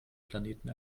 planeten